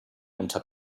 unter